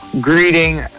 Greeting